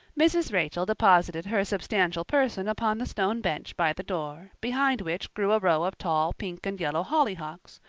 mrs. rachel deposited her substantial person upon the stone bench by the door, behind which grew a row of tall pink and yellow hollyhocks,